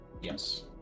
Yes